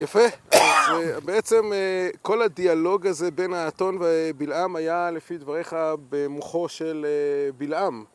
יפה, בעצם כל הדיאלוג הזה בין האתון ובלעם היה לפי דבריך במוחו של בלעם